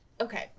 okay